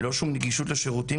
ללא שום נגישות לשירותים,